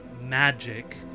magic